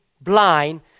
blind